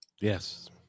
Yes